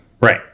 right